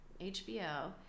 HBO